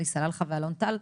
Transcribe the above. עלי סלאלחה ואלון טל,